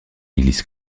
église